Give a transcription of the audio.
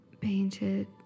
painted